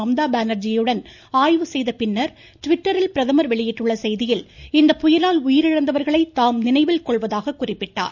மம்தா பானர்ஜியுடன் ஆய்வு செய்த பின் ட்விட்டரில் பிரதமர் வெளியிட்டுள்ள செய்தியில் இந்த புயலால் உயிரிழந்தவர்களை தாம் நினைவில் கொள்வதாக குறிப்பிட்டார்